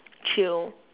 chill